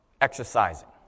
exercising